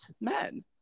men